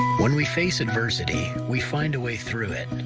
when we face adversity, we find a way through it.